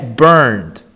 burned